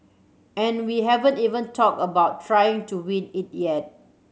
and we haven't even talked about trying to win it yet